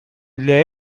для